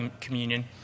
communion